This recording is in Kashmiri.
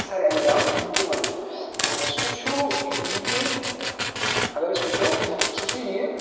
سَرِ اَنجام دِوان سُہ چھُ یہِ کہِ اَگر اسۍ وٕچھو سُہ چھُ یہِ